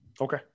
Okay